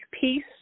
peace